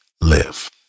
live